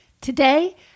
Today